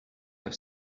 had